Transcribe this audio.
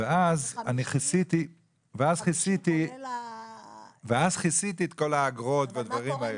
ואז כיסיתי את כל האגרות והדברים האלה.